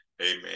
amen